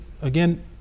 again